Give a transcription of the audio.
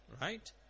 right